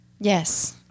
Yes